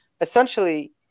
essentially